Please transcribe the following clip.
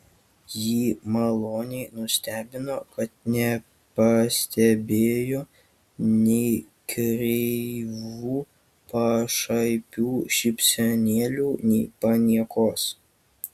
jį maloniai nustebino kad nepastebėjo nei kreivų pašaipių šypsenėlių nei paniekos